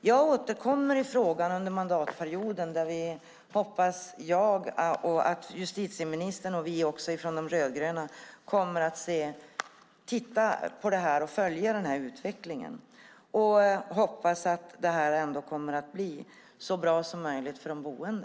Jag återkommer i frågan under mandatperioden och hoppas att justitieministern, liksom vi från De rödgröna, kommer att titta närmare på detta och följa utvecklingen så att det ändå kommer att bli så bra som möjligt för de boende.